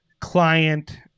client